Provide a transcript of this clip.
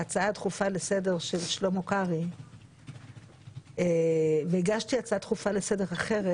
להצעה דחופה לסדר של שלמה קרעי והגשתי הצעה דחופה לסדר אחרת,